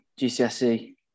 GCSE